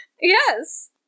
yes